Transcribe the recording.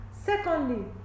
secondly